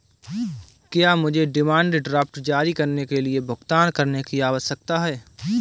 क्या मुझे demand draft जारी करने के लिए भुगतान करने की आवश्यकता है?